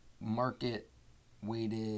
market-weighted